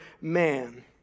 man